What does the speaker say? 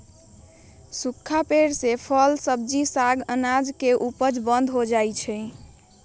सूखा पेड़ से फल, सब्जी, साग, अनाज के उपज बंद हो जा हई